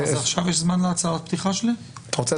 ישיבה זו נעולה, וניפגש